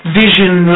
vision